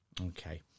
Okay